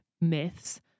myths